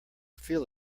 feel